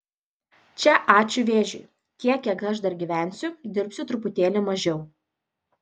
čia ačiū vėžiui tiek kiek aš dar gyvensiu dirbsiu truputėlį mažiau